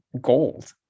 gold